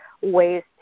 ways